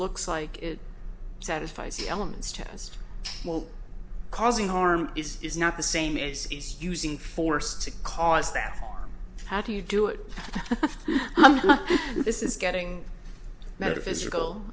looks like it satisfies the elements test causing harm is is not the same as is using force to cause that harm how do you do it this is getting metaphysical